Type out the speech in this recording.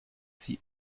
sie